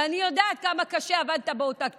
ואני יודעת כמה קשה עבדת באותה תקופה,